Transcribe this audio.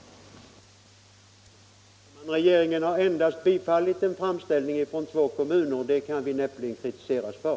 Regeringen har endast bifallit en framställan från två delning kommuner. Det kan vi näppeligen kritiseras för.